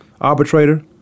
arbitrator